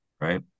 right